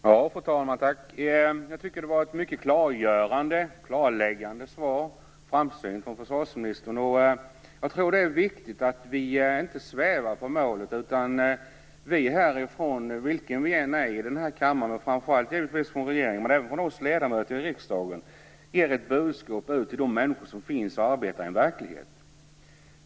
Fru talman! Jag tycker att det var ett mycket klargörande, klarläggande och framsynt svar från försvarsministern. Det är viktigt att vi inte svävar på målet. Vilka vi än är i denna kammare - framför allt givetvis från regeringen, men även oss ledamöter i riksdagen - skall vi ge ett budskap ut till de människor som finns och arbetar i en verklighet.